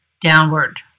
downward